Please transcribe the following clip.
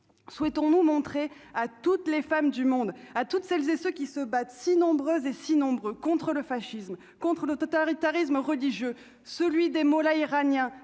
souhaitons nous montrer à toutes les femmes du monde à toutes celles et ceux qui se battent si nombreux et si nombreux contre le fascisme contre l'autre autoritarisme redis je celui des mollahs iraniens